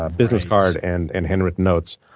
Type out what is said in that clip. ah business card and and handwritten notes.